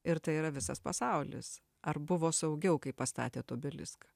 ir tai yra visas pasaulis ar buvo saugiau kai pastatėt obeliską